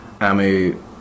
Amu